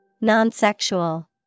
Non-sexual